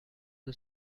the